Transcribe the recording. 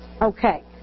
Okay